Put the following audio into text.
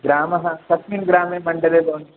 ग्रामः कस्मिन् ग्रामे मण्डले भवति